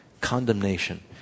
Condemnation